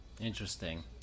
interesting